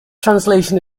translation